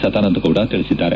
ಸದಾನಂದ ಗೌಡ ತಿಳಿಸಿದ್ದಾರೆ